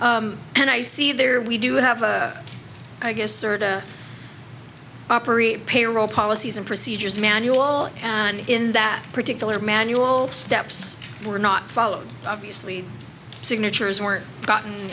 practice and i see they're we do have a i guess sir to operate payroll policies and procedures manual and in that particular manual steps were not followed obviously signatures were gotten